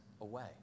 away